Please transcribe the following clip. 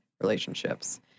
relationships